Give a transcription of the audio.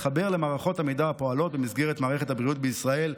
להתחבר למערכות המידע הפועלות במסגרת מערכת הבריאות בישראל,